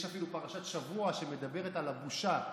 יש אפילו פרשת שבוע שמדברת על הבושה,